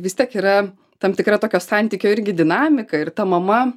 vis tiek yra tam tikra tokio santykio irgi dinamika ir ta mama